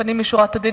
לפנים משורת הדין,